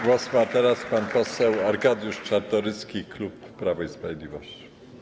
Głos ma teraz pan poseł Arkadiusz Czartoryski, klub Prawo i Sprawiedliwość.